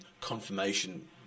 confirmation